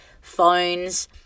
phones